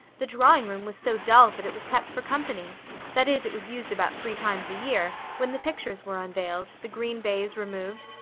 the drawing-room was so dull, that it was kept for company that is, it was used about three times a-year, when the pictures were unveiled, the green baize removed,